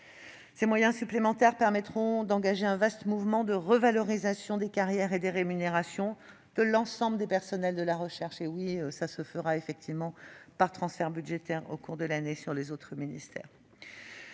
Ces moyens supplémentaires permettront d'engager un vaste mouvement de revalorisation des carrières et des rémunérations de l'ensemble des personnels de la recherche- cela se fera effectivement par transfert budgétaire au cours de l'année sur les autres ministères.